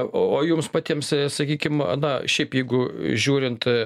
o jums patiems sakykim na šiaip jeigu žiūrint